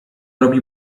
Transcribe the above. robi